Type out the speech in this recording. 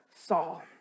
Saul